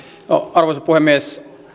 arvoisa puhemies